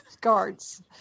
guards